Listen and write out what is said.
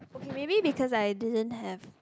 okay maybe because I didn't have